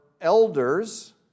elders